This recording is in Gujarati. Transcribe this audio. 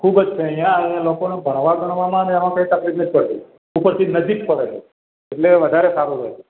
ખૂબ જ છે અહીંયા લોકોને ભણવા ગણવામાં કંઈ તકલીફ નથી પડતી ઉપરથી નજીક પડે છે એટલે વધારે સારું રહે છે